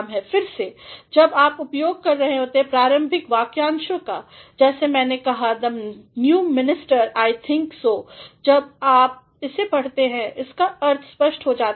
फिर से जब भी आप उपयोग कर रहे हैं प्रारंभिक वाक्यांशों का जैसा मैने कहाthe new ministerI think soजब आप इसे पढ़ते हैं इसका अर्थ स्पष्ट हो जाता है